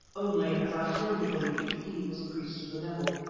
only, as i firmly believe, he was a priest of the devil.